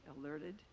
alerted